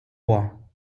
bois